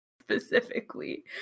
specifically